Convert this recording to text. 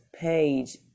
page